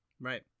Right